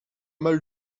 mal